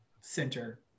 center